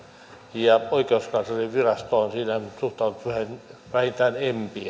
ja oikeuskanslerinvirasto on siihen suhtautunut vähintään empien